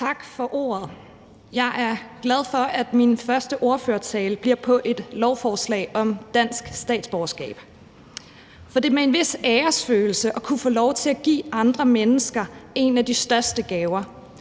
Tak for ordet. Jeg er glad for, at min første ordførertale bliver til et lovforslag om dansk statsborgerskab, for der er en vis æresfølelse i at kunne få lov til at give andre mennesker en af de største gaver,